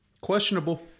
Questionable